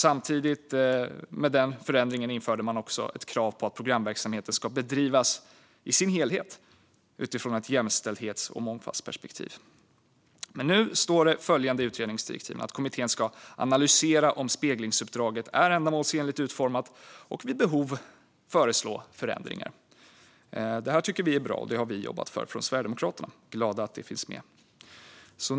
Samtidigt med den förändringen införde man också ett krav på att programverksamheten i dess helhet ska bedrivas utifrån ett jämställdhets och mångfaldsperspektiv. Nu står det i utredningsdirektiven att kommittén ska "analysera om speglingsuppdraget är ändamålsenligt utformat och vid behov föreslå förändringar". Det här tycker vi är bra. Sverigedemokraterna har jobbat för detta, och vi är glada att det finns med.